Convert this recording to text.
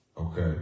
okay